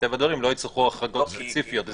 מטבע הדברים לא יצטרכו החרגות ספציפיות.